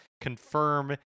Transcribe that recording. confirm